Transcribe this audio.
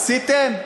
עשיתם?